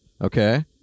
okay